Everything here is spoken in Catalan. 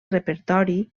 repertori